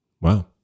Wow